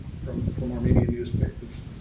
from from armenian newspapers.